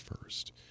first